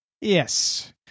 Yes